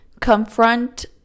confront